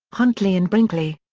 huntley and brinkley.